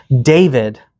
David